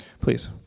Please